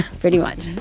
pretty much.